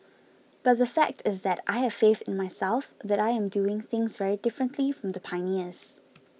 but the fact is that I have faith in myself that I am doing things very differently from the pioneers